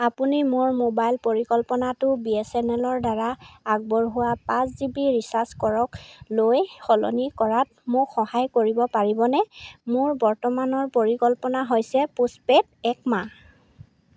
আপুনি মোৰ মোবাইল পৰিকল্পনাটো বি এছ এন এল ৰ দ্বাৰা আগবঢ়োৱা পাঁচ জি বি ৰিচাৰ্জ কৰক লৈ সলনি কৰাত মোক সহায় কৰিব পাৰিবনে মোৰ বৰ্তমানৰ পৰিকল্পনা হৈছে পোষ্টপেইড এক মাহ